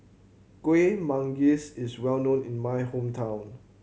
Kuih Manggis is well known in my hometown